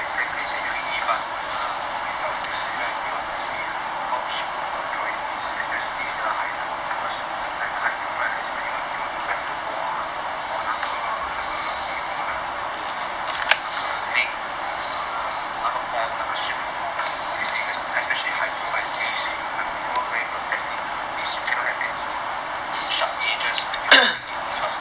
I'm not exactly say three D but err the results they say right they want to see how smooth your drawing is especially the hydro cause like the hydro right I still remember you want to draw the reservoir or 那个那个 river 那个河那个 lake 那个 pond 那个 swimming pool all this thing especially hydro right they actually say you have to draw very perfectly means you cannot have any sharp edges when you are drawing it means must all